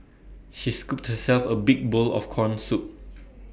she scooped herself A big bowl of Corn Soup